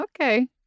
okay